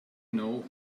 know